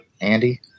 andy